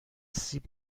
سیب